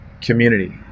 community